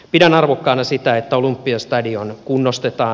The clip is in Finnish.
pidän arvokkaana sitä että olympiastadion kunnostetaan